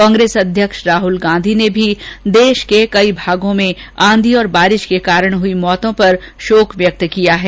कांगेस अध्यक्ष राहुल गांधी ने देश के कई भागों में आंधी और बारिश के कारण हुई मौतों पर शोक व्यक्त किया है